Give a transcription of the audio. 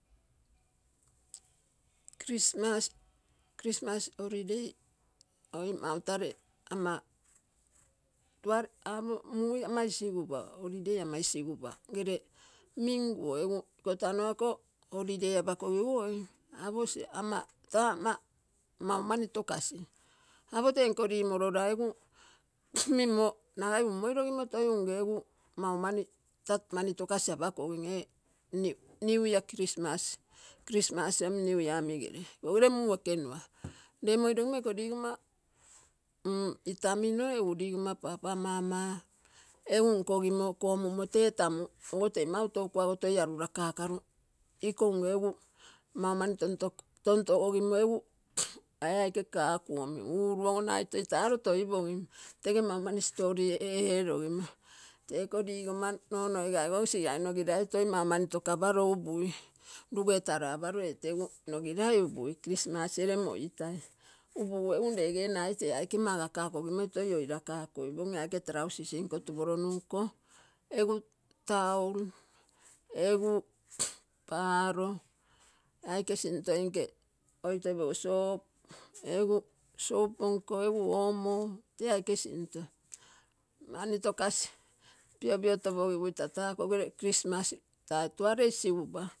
Christmas, christmas holiday oi mautarei ama tuare am a mui isigupa gere minguo egu ikotano ako holiday apakogiguoi aposi ama ta ama mau mani tokasi apo renko limorora egu mimmo nagai umm toi moirogimo unge egu ta manitokasi apkogim, new year christmas. Christmas, new year omigere egu moirogimo iko ligoma mm itamino egu ligoma, papa, mama egu nkogimo kommumo tee tamu ogo tee maitou kuago toi arurakaro iko unge egu maumani tontogimo egu ee aike kakuomi ego uru nagai toi taro toipogim stori eerogimo iko rigomma nonoigai ogo sigirai ogo nogirai toi mau mani takaparo sisirainogirai upui. Christmas gere moitai, egu lege nagai tee aike makaro upumoi toi oirakai tee aike trausis nko tuporonunko, egu tan tauro, egu paro ee aike sintoinkee eeaike soap, egu omo, tee aikee sinto, manitokasi, piopiorogui tata akogere christmas ta tuare isigupa.